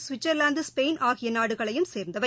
Switzerland Spain ஆகிய நாடுகளையும் சேர்ந்தவை